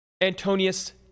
Antonius